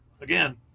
again